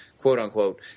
quote-unquote